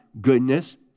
goodness